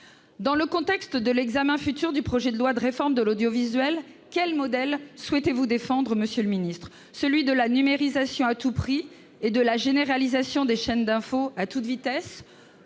Dans le contexte de l'examen prochain du projet de loi sur la réforme de l'audiovisuel, quel modèle souhaitez-vous défendre, monsieur le ministre ? Celui de la numérisation à tout prix et de la généralisation des chaînes d'infos à toute vitesse ?